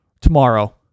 tomorrow